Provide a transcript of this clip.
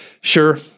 Sure